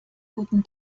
guten